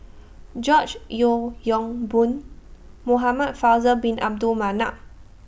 George Yeo Yong Boon Muhamad Faisal Bin Abdul Manap